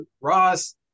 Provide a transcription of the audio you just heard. Ross